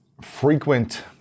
frequent